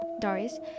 doris